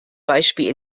beispiel